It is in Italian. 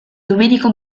domenico